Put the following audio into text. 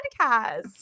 Podcast